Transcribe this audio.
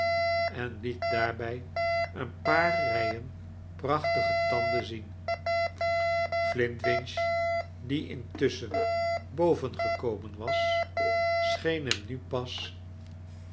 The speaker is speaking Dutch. en liet daarbij een paar rijen prachtige tanden zien flint winch die intusschen bovengekomen was cheeu hem nu pas